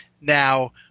Now